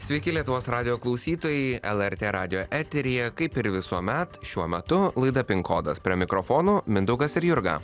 sveiki lietuvos radijo klausytojai lrt radijo eteryje kaip ir visuomet šiuo metu laida pin kodas prie mikrofono mindaugas ir jurga